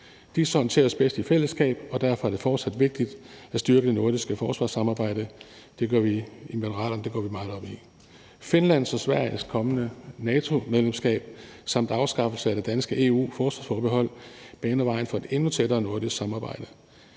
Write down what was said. Disse håndteres bedst i fællesskab, og derfor er det fortsat vigtigt at styrke det nordiske forsvarssamarbejde. Det går vi meget op i i Moderaterne. Finlands og Sveriges kommende NATO-medlemskab samt afskaffelse af det danske EU-forsvarsforbehold baner vejen for et endnu tættere nordisk samarbejde